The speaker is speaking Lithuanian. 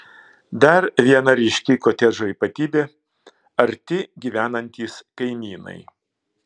dar viena ryški kotedžo ypatybė arti gyvenantys kaimynai